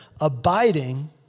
abiding